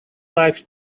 likes